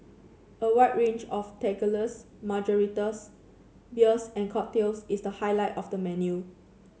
a wide range of tequilas margaritas beers and cocktails is the highlight of the menu